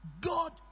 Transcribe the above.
God